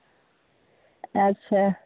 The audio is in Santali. ᱟᱪᱪᱷᱟ